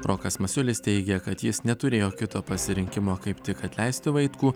rokas masiulis teigia kad jis neturėjo kito pasirinkimo kaip tik atleisti vaitkų